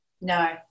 No